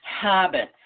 habits